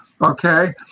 okay